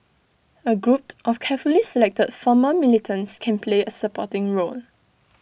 A group of carefully selected former militants can play A supporting role